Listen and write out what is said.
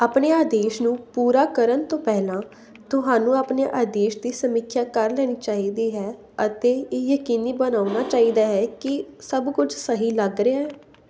ਆਪਣੇ ਆਦੇਸ਼ ਨੂੰ ਪੂਰਾ ਕਰਨ ਤੋਂ ਪਹਿਲਾਂ ਤੁਹਾਨੂੰ ਆਪਣੇ ਆਦੇਸ਼ ਦੀ ਸਮੀਖਿਆ ਕਰ ਲੈਣੀ ਚਾਹੀਦੀ ਹੈ ਅਤੇ ਇਹ ਯਕੀਨੀ ਬਣਾਉਣਾ ਚਾਹੀਦਾ ਹੈ ਕੀ ਸਭ ਕੁਝ ਸਹੀ ਲੱਗ ਰਿਹਾ ਹੈ